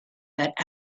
that